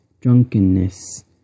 drunkenness